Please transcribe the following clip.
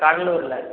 கடலூரில்